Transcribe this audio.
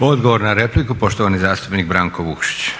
(SDP)** Odgovor na repliku, poštovani zastupnik Branko Vukšić.